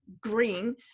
green